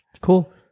Cool